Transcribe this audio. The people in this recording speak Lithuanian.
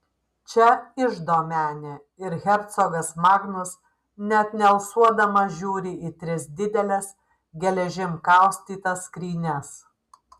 čia iždo menė ir hercogas magnus net nealsuodamas žiūri į tris dideles geležim kaustytas skrynias